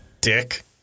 dick